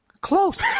close